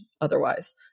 otherwise